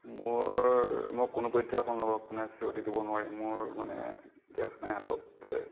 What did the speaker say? মোৰ মই কোনোপধ্যেই আপোনালোকক মানে চি অ ডি দিব নোৱাৰিম মোৰ মানে কেচ নাই হাতত তে